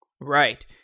Right